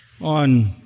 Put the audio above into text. on